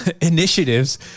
initiatives